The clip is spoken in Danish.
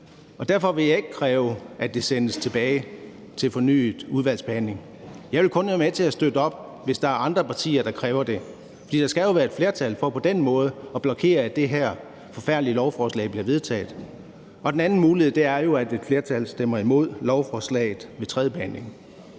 Derfor vil jeg ikke kræve, at det sendes tilbage til fornyet udvalgsbehandling. Jeg vil kun være med til at støtte op, hvis der er andre partier, der kræver det. For der skal jo være et flertal for på den måde at blokere, at det her forfærdelige lovforslag bliver vedtaget. Den anden mulighed er, at et flertal stemmer imod lovforslaget ved tredjebehandlingen.